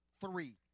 three